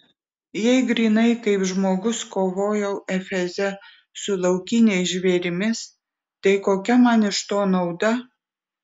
jei grynai kaip žmogus kovojau efeze su laukiniais žvėrimis tai kokia man iš to nauda